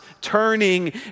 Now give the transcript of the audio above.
turning